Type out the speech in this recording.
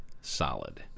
solid